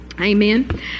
Amen